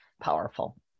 powerful